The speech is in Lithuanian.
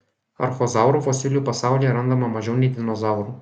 archozaurų fosilijų pasaulyje randama mažiau nei dinozaurų